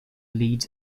lead